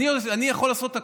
אני קיצרתי?